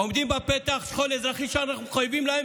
עומדים בפתח האזרחים שאנחנו מחויבים להם,